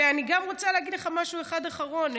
ואני גם רוצה להגיד לך משהו אחד אחרון.